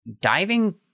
diving